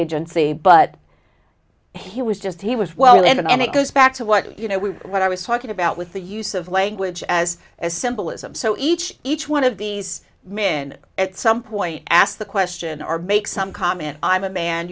agency but he was just he was well and it goes back to what you know we what i was talking about with the use of language as as symbolism so each each one of these men at some point asked the question or make some comment i'm a man